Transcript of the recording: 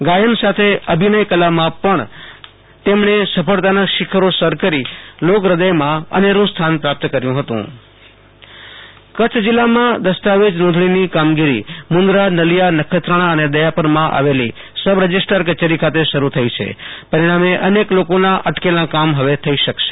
ગાયન સાથે અભિનયકલામાં પણ તેમણે સફળતાના શિખરો સર કરી લોક હદયમાં અનેરં સ્થાન પ્રાપ્ત કર્યું હતું આશ્તોષ અંતાણી દસ્તાવેજ નોંધણી કચ્છ જિલ્લામાં દસ્તાવેજ નોંધણીની કામગીરી મુંદરા નલિયા નખત્રાણા અને દયાપરમાં આવેલી સબ રજિસ્ટ્રાર કચેરી ખાતે શરૂ થઈ છે પરિણામે અનેક લોકો ના અટકેલાં કામ હવે થઈ શકશે